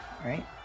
Right